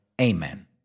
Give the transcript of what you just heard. Amen